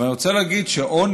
אבל אני רוצה להגיד שעוני,